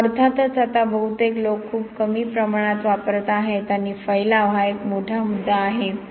मग अर्थातच आता बहुतेक लोक खूप कमी प्रमाणात वापरत आहेत आणि फैलाव हा एक मोठा मुद्दा आहे